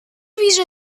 ویژه